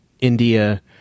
india